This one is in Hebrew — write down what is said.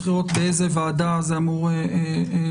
צריך לראות באיזה ועדה זה אמור להיות.